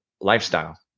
lifestyle